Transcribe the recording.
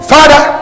Father